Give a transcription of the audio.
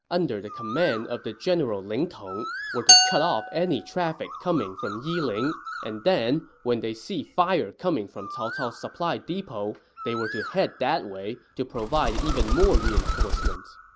under the command of the general ling tong, were to cut off any traffic coming from yiling and then, when they see fire coming from cao cao's supply depot, they were to head that way to provide even more reinforcements.